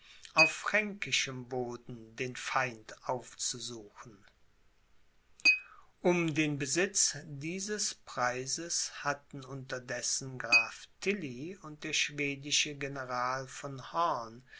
auf fränkischem boden den feind aufzusuchen um den besitz dieses preises hatten unterdessen graf tilly und der schwedische general von horn